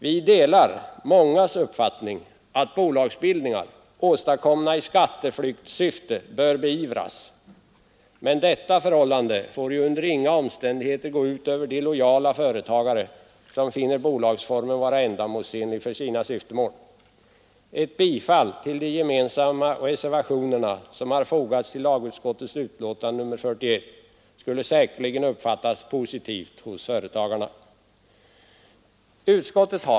Vi delar mångas uppfattning att bolagsbildningar åstadkomna i skatteflyktssyfte bör beivras, men detta förhållande får under inga omständigheter gå ut över de lojala företagare som finner bolagsformen vara ändamålsenlig för sina syftemål. Ett bifall till de gemensamma reservationer som fogats till lagutskottets betänkande nr 41 skulle säkerligen uppfattas positivt av företagarna.